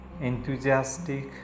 enthusiastic